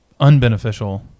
unbeneficial